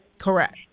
Correct